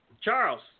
Charles